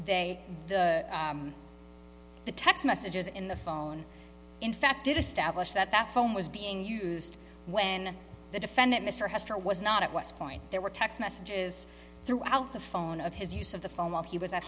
say they are the text messages in the phone in fact did establish that that phone was being used when the defendant mr hastert was not at west point there were text messages throughout the phone of his use of the phone while he was at